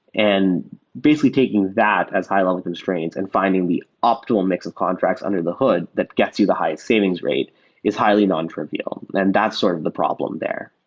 and basically taking that as high-level constraints and finding the optimal mix of contracts under the hood that gets you the highest savings rate is highly nontrivial. and that's sort of the problem there